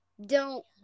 Don't-